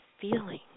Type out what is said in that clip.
feeling